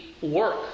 work